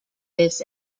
this